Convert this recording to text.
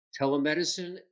telemedicine